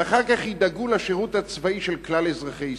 ואחר כך ידאגו לשירות הצבאי של כלל אזרחי ישראל.